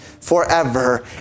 forever